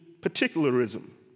particularism